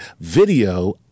video